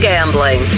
Gambling